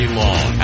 long